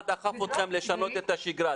דסי, מה דחף אתכם לשנות את השגרה?